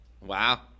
Wow